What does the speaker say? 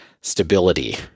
stability